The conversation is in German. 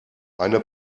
eine